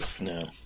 No